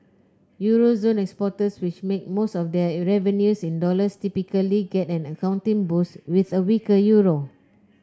euro zone exporters which make most of their revenues in dollars typically get an accounting boost with a weaker euro